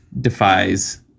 defies